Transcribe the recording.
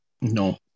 No